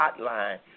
Hotline